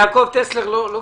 יעקב טסלר לא כאן?